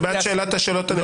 זה בעיית שאלת השאלות הנכונות.